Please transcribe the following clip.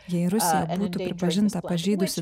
jei rusija būtų pripažinta pažeidusi